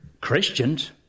Christians